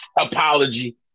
Apology